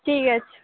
ঠিক আছে